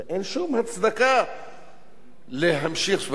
ואין שום הצדקה להמשיך זאת.